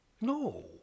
NO